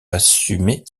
assumer